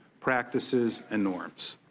practices, and norms.